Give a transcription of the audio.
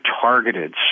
targeted